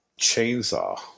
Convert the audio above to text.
chainsaw